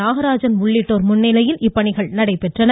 நாகராஜன் உள்ளிட்டோர் முன்னிலையில் இப்பணி நடைபெற்றது